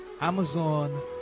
amazon